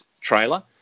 trailer